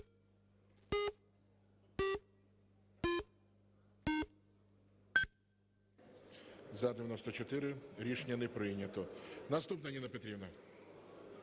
За-94 Рішення не прийнято. Наступна, Ніна Петрівна.